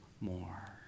more